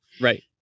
Right